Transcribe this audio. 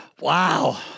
Wow